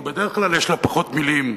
ובדרך כלל יש לה פחות מלים,